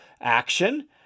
action